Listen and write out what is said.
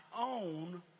own